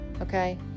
Okay